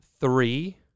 Three